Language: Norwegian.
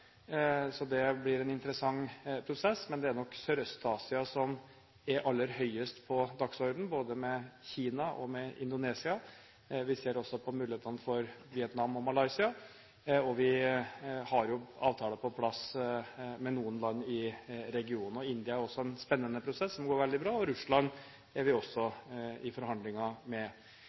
det blir en interessant prosess, men det er nok Sørøst-Asia som er aller høyest på dagsordenen, både med Kina og med Indonesia. Vi ser også på mulighetene for Vietnam og Malaysia, og vi har avtaler på plass med noen land i regionen. I India er det også en spennende prosess som går veldig bra, og Russland er vi også i forhandlinger med.